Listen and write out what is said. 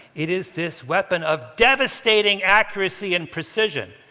it is this weapon of devastating accuracy and precision.